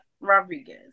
rodriguez